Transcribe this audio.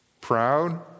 Proud